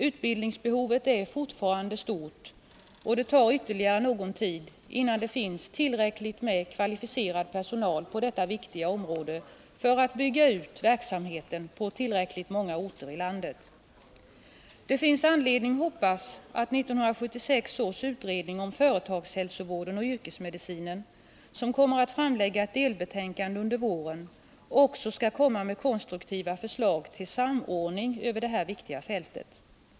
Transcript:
Utbildningsbehovet är fortfarande stort, och det tar ytterligare någon tid innan det finns tillräckligt med kvalificerad personal på detta viktiga område för att man skall kunna bygga ut verksamheten på tillräckligt många orter i landet. Det finns anledning hoppas att 1976 års utredning om företagshälsovården och yrkesmedicinen, som kommer att framlägga ett delbetänkande under våren, också skall komma med konstruktiva förslag till samordning över detta viktiga fält.